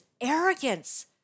arrogance